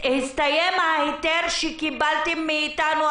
הסתיים ההיתר שקיבלתם מאתנו,